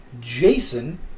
Jason